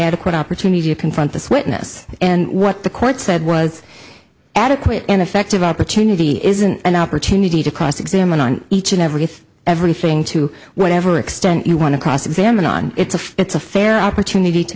adequate opportunity to confront this witness and what the court said was adequate and effective opportunity isn't an opportunity to cross examine on each and every everything to whatever extent you want to cross examine on it's a it's a fair opportunity to